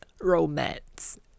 romance